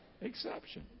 exception